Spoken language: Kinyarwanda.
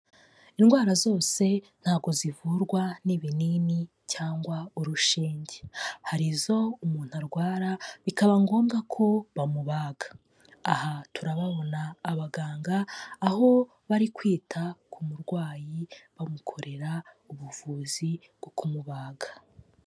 Indwara zose ntago zivurwa n'ibinini cyangwa urushinge. Hari izo umuntu arwara, bikaba ngombwa ko bamubaga. Aha turababona abaganga, aho bari kwita ku murwayi, bamukorera ubuvuzi bwo kumubaga.